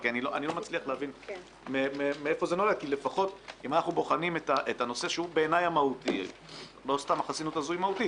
החוק הוא זה שקובע שאנחנו כרגע נמצאים בדיון על חסינות דיונית.